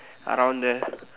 around there